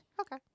Okay